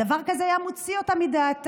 דבר כזה היה מוציא באותה מדעתה.